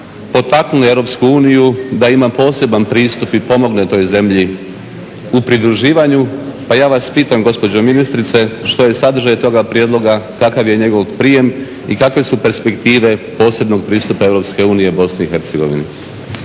potaknuli EU da ima poseban pristup i pomogne toj zemlji u pridruživanju pa ja vas pitam gospođo ministrice što je sadržaj toga prijedloga, kakav je njegov prijem i kakve su perspektive posebnog pristupa EU Bosni i Hercegovini?